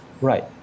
Right